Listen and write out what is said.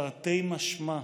תרתי משמע,